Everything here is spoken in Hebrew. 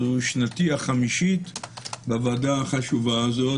זו שנתי החמישית בוועדה החשובה הזו,